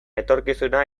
etorkizuna